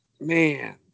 man